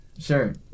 sure